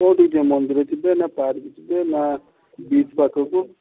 କୋଉଠିକି ଯିବେ ମନ୍ଦିର ଯିବେ ନା ପାର୍କ ଯିବେ ନା ବିଚ୍ ପାଖକୁ